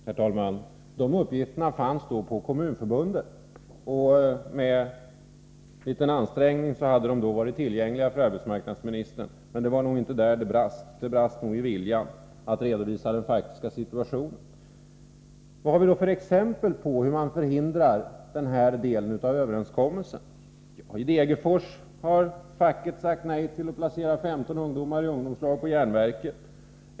Herr talman! De uppgifterna fanns då på Kommunförbundet — och med en liten ansträngning hade de varit tillgängliga för arbetsmarknadsministern. Men det var nog inte där det brast, utan i viljan att redovisa den faktiska situationen. Vad har vi då för exempel på hur man förhindrar ett genomförande av den här delen av överenskommelsen? I Degerfors har facket sagt nej till placering av 15 ungdomar i ungdomslag vid järnverket.